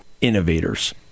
innovators